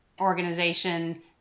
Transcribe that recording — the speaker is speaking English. organization